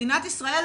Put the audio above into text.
מדינת ישראל